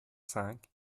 cinq